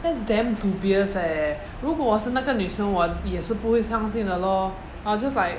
that's damn dubious leh 如果我是那个女生我也是不会相信的 lor I will just like